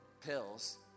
pills